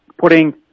putting